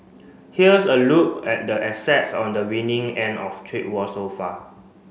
here's a look at the assets on the winning end of trade war so far